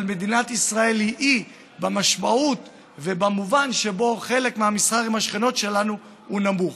אבל מדינת ישראל היא אי במובן שחלק מהמסחר עם השכנות שלנו הוא נמוך.